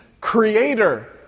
creator